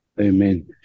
Amen